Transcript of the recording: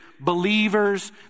believers